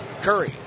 Curry